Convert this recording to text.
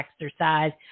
exercise